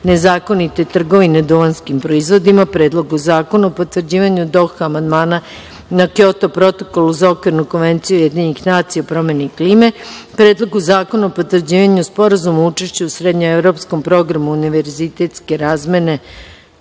nezakonite trgovine duvanskim proizvodima, Predlogu zakona o potvrđivanju Doha amandmana na Kjoto protokol za Okvirnu konvenciju Ujedinjenih nacija o promeni klime, Predlogu zakona o potvrđivanju Sporazuma o učešću o Srednjoevropskom programu univerzitetske razmene